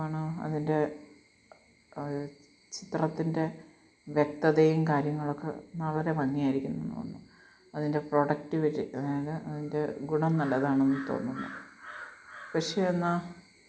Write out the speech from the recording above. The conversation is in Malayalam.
എന്തുവാണ് അതിന്റെ ചിത്രത്തിന്റെ വ്യക്തതയും കാര്യങ്ങളൊക്കെ വളരെ ഭംഗിയായിരിക്കുന്നെന്ന് അതിന്റെ പ്രൊഡക്റ്റ് വെച്ച് അതായത് അതിന്റെ ഗുണം നല്ലതാണെന്ന് തോന്നുന്നു പക്ഷേ എന്നാൽ